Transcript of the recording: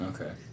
Okay